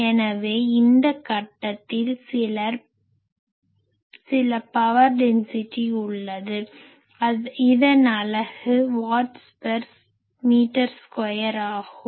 எனவே இந்த கட்டத்தில் சில பவர் டென்சிட்டி உள்ளது இதன் அலகு வாட்ஸ் பெர் மீட்டர் ஸ்கொயர் ஆகும்